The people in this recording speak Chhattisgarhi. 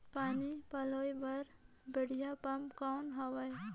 पानी पलोय बर बढ़िया पम्प कौन हवय?